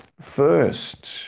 first